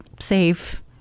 safe